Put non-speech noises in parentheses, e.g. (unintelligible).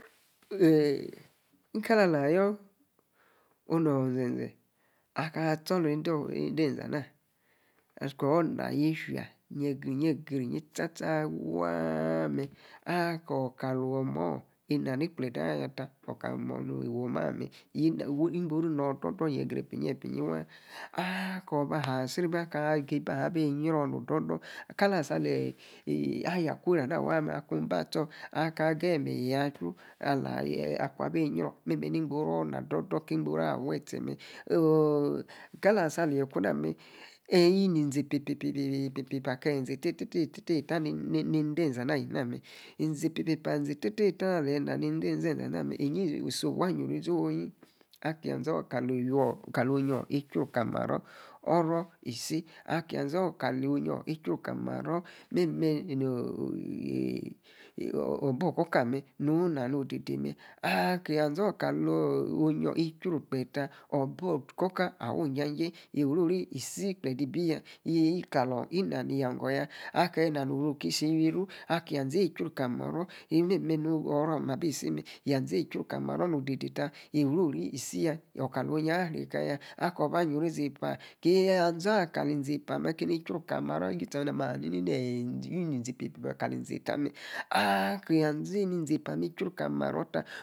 (unintelligible) nicka-alah. ayor. oh. ne-ze-zee. aka. achu ende-eze-zee ana. akor na-yefia. yie-greyi-sya. sta. waa mer. akor kali-womoh ina-ni-ikplede aya-ya. orr. ka woma-on amer. igboru ino-do-dor yie-gre-epa. iyie-waa akor baha cri-ibi aki-ibi. abi yiro. ododor-kala. asa lee-ayakurey ama waa mer aku bi astor. aka gegi meryi. yiee. achu ala yiee. aku. abi yrior. memer ni-igboru. ina-igboru ina dodor-waa. awey. etie mer. kalah. aleyi. kuna. mer eyie. ni-ni-ie isie-epa,-epa-paa. kieyi izie-etta-etta. ta. nende-eze-zee ana. ali-zenamar minzi. epa epa,-paa kali-etta. tte-tta. nena nede. eze-zee ana ali na-mer. ize-epa-epa. paa kali etta-tta-taa iyie isom wa noyii oh-yi. akia-zor-kali iwior kalor-onyior. ichruu. kali maro oro. isi. akia yazor-kalor. onyior ichiuu kali-maro (unintelligible) obee-okorka amer. nu. na no-odede mer ahh kia. zor kalo-onyior. ichruu kpeta. obee-okorka awu. ija-jie orori-isi ikpede ibi. ya. ijiji kalor. ina-niyogor ya. ake na-no-mo-oro kie-si wi-oru. akia zee. ichruu kali-maro. memer no-oro-amer abi si-mer. yazeyi. ichruu. kali maro. yieku no-odede oro-ri isi-ya. orr kalo-onyior. arekeya akor-ba. onyio-ori zi epa. ya-za kali-ize-epa mer. keni chruu. kali maro-memer na-ma ahani-ni. neyie. ini-minzi epa-epa. kali. minzi. etta mer. ahh. kia. zee. enimer ize-epa. mer. ichruu kali maro ta